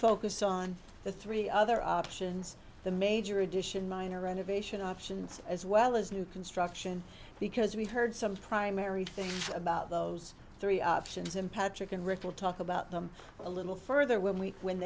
focus on the three other options the major addition minor renovation options as well as new construction because we've heard some primary thing about those three options and patrick and rick will talk about them a little further when we when